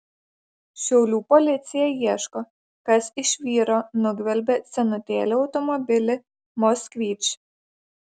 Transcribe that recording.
šiaulių policija ieško kas iš vyro nugvelbė senutėlį automobilį moskvič